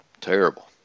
Terrible